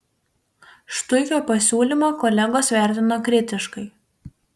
štuikio pasiūlymą kolegos vertino kritiškai